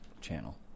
channel